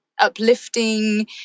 uplifting